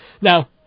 Now